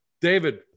David